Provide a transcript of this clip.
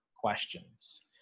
questions